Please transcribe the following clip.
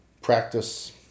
practice